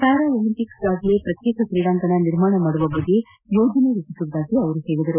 ಪ್ಕಾರಾ ಒಲಂಪಿಕ್ಸೆಗಾಗಿಯೇ ಪ್ರತ್ಯೇಕ ಕ್ರೀಡಾಂಗಣ ನಿರ್ಮಾಣ ಮಾಡುವ ಬಗ್ಗೆ ಯೋಜನೆ ರೂಪಿಸುವುದಾಗಿ ಅವರು ಹೇಳದರು